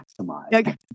maximize